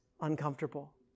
uncomfortable